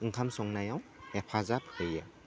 ओंखाम संनायाव हेफाजाब होयो